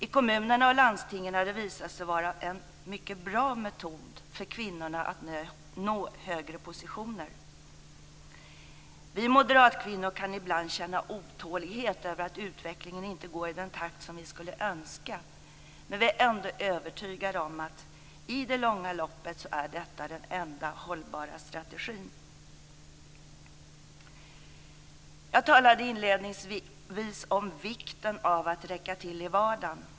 I kommunerna och landstingen har det visat sig vara en mycket bra metod för kvinnorna att nå högre positioner. Vi moderatkvinnor kan ibland känna otålighet över att utvecklingen inte går i den takt som vi skulle önska, men vi är ändå övertygade om att det i det långa loppet är den enda hållbara strategin. Jag talade inledningsvis om vikten av att räcka till i vardagen.